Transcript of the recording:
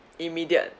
immediate